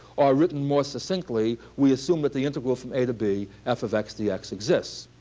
or written more succinctly, we assume that the integral from a to b f of x dx exists.